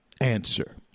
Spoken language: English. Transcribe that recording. answer